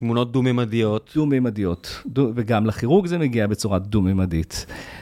תמונות דו-מימדיות. דו-מימדיות, וגם לכירורג זה מגיע בצורה דו-מימדית.